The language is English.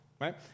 right